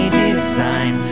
design